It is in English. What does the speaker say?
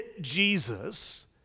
Jesus